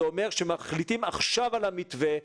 זה אומר שמחליטים עכשיו על המתווה.